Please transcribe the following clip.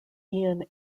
ian